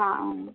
ஆ